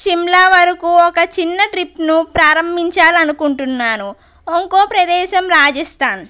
షిమ్లా వరకు ఒక చిన్న ట్రిప్ను ప్రారంభించాలనుకుంటున్నాను ఇంకోక ప్రదేశం రాజస్థాన్